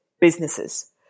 businesses